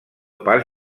pas